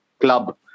club